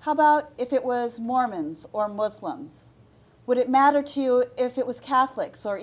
how about if it was mormons or muslims would it matter to you if it was catholics or